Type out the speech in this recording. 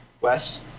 Wes